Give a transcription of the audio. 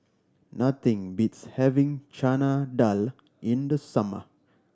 nothing beats having Chana Dal in the summer